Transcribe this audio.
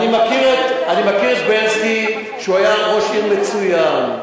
אני מכיר את בילסקי שהיה ראש עיר מצוין,